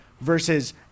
versus